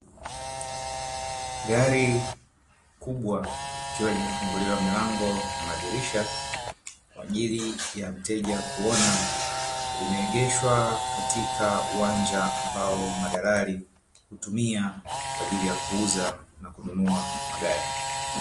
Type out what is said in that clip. Gari kubwa likiwa limefunguliwa milango na madirisha kwa ajili ya mteja kuona, limeegeshwa katika uwanja ambao madalali hitumia kwa ajili ya kuuza na kununulia magari.